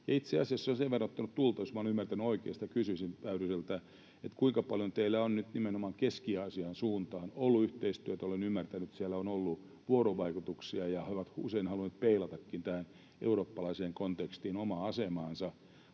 Itse asiassa se on sen verran ottanut tulta, jos olen ymmärtänyt oikein, että oikeastaan kysyisin Väyryseltä: kuinka paljon teillä on nyt nimenomaan Keski-Aasian suuntaan ollut yhteistyötä? Olen ymmärtänyt, että siellä on ollut vuorovaikutuksia ja he ovat usein halunneet peilatakin tähän eurooppalaiseen kontekstiin omaa asemaansa.